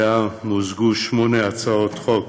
שמוזגו בה שמונה הצעות חוק